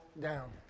down